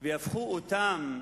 והפכו אותם,